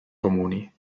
comuni